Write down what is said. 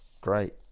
Great